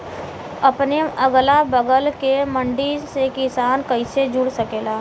अपने अगला बगल के मंडी से किसान कइसे जुड़ सकेला?